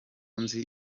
nzi